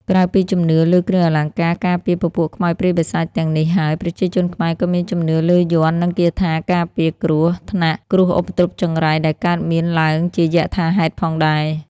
ក្រៅពីជំនឿលើគ្រឿងអលង្ការការពារពពួកខ្មោចព្រាយបិសាចទាំងនេះហើយប្រជាជនខ្មែរក៏មានជំនឿលើយ័ន្តនិងគាថាការពារគ្រោះថ្នាក់គ្រោះឧបទ្រុបចង្រៃដែលកើតមានឡើងជាយថាហេតុផងដែរ